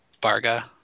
Barga